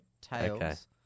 Tails